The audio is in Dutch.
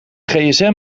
gsm